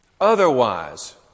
otherwise